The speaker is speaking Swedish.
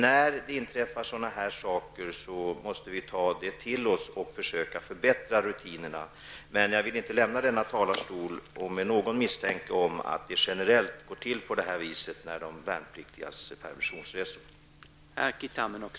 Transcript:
När det inträffar sådana här saker måste vi ta det till oss och försöka förbättra rutinerna, men jag vill inte lämna denna talarstol, om det kvarstår någon misstanke om att det generellt går till på det här sättet på de värnpliktigas permissionsresor.